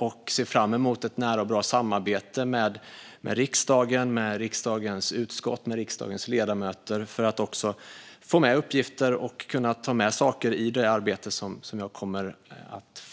Jag ser fram emot ett nära och bra samarbete med riksdagen, med riksdagens utskott och med riksdagens ledamöter för att kunna få med uppgifter och ta med saker i det arbete som jag kommer att